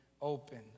open